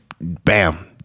bam